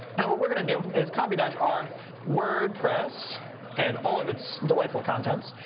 and what we're going to do is copy dash r wordpress and all of its delightful contents.